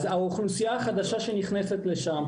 האוכלוסייה החדשה שנכנסת לשם,